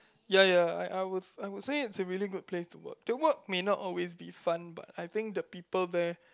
ya ya I I would I would say it's a really good place to work the work may not always be fun but I think the people there